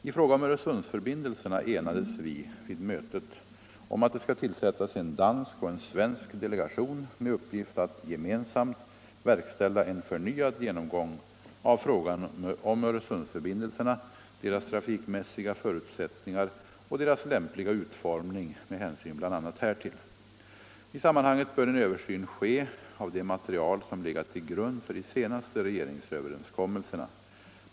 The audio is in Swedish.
I fråga om Öresundsförbindelserna enades vi vid mötet om att det skall tillsättas en dansk och en svensk delegation med uppgift att gemensamt verkställa en förnyad genomgång av frågan om Öresundsförbindelserna, deras trafikmässiga förutsättningar och deras lämpliga utformning med hänsyn bl.a. härtill. I sammanhanget bör en översyn ske av det material som legat till grund för de senaste regeringsöverenskommelserna.